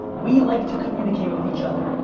we like to communicate with each other.